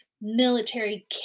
military